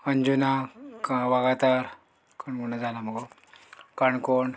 अंजुना वागातार कोण म्हणोन जाला मुगो काणकोण